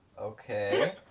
Okay